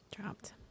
Dropped